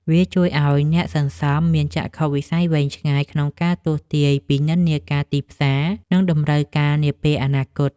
វាជួយឱ្យអ្នកសន្សំមានចក្ខុវិស័យវែងឆ្ងាយ ក្នុងការទស្សន៍ទាយពីនិន្នាការទីផ្សារ និងតម្រូវការនាពេលអនាគត។